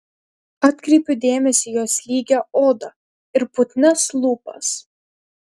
atkreipiu dėmesį į jos lygią odą ir putnias lūpas